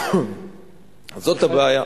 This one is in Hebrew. זאת הבעיה.